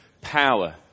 Power